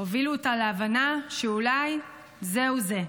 הובילו אותה להבנה שאולי זהו זה.